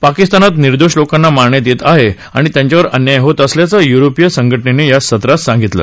पाकिस्तानात निर्दोष लोकांना मारण्यात येत आहे आणि त्यांच्यावर अन्याय होत असल्याचं य्रोपीय संघ नेनं या संत्रात सांगितलं